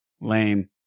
Lame